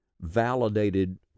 validated